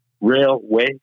railway